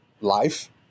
life